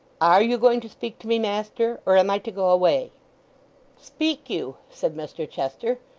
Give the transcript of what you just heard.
are you going to speak to me, master, or am i to go away speak you said mr chester,